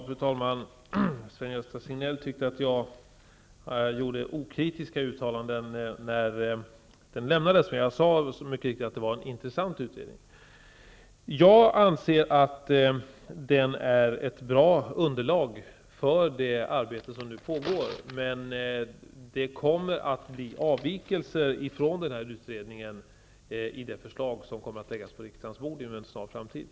Fru talman! Sven-Gösta Signell anser att jag gjorde okritiska uttalanden när utredningen avlämnade sitt betänkande. Vad jag sade var att jag tyckte att det var en intressant utredning. Jag anser att utredningen utgör ett bra underlag för det arbete som nu pågår. Propositionsförslaget, som kommer att föreläggas riksdagen inom en snar framtid, kommer emellertid att innehålla avvikelser från utredningsförslaget.